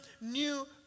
new